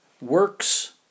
works